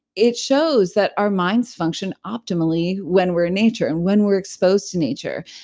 it shows that our minds function optimally when we're in nature. and when we're exposed to nature.